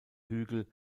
hügel